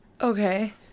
Okay